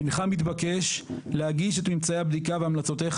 הנך מתבקש להגיש את ממצאי הבדיקה והמלצותיך